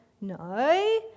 no